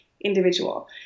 individual